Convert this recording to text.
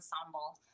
ensemble